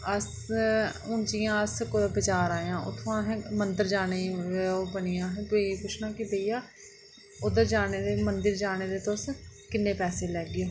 अस हून जि'यां अस कुतै बजार आए आं उत्थुआं अहें मंदर जाने गी बनी गेआ अहें पुच्छना कि भैया उद्धर जाने दे मंदर जाने दे तुस किन्ने पैसे लैगे